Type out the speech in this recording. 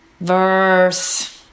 Verse